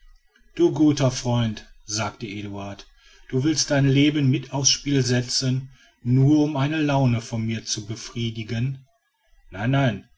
du guter freund sagte eduard du willst dein leben mit auf's spiel setzen nur um eine laune von mir zu befriedigen nein nein